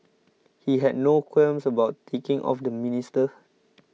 he had no qualms about ticking off the minister